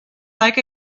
like